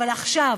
אבל עכשיו,